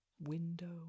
Window